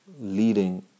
leading